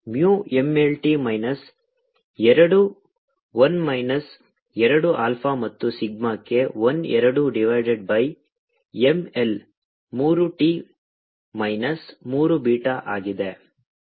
mu M L T minus ಎರಡು I minus ಎರಡು alpha ಮತ್ತು ಸಿಗ್ಮಾಕ್ಕೆ I ಎರಡು ಡಿವೈಡೆಡ್ ಬೈ M L ಮೂರು T ಮೈನಸ್ ಮೂರು ಬೀಟಾ ಆಗಿದೆ